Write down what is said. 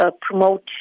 promote